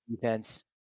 defense